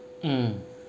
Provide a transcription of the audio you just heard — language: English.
mm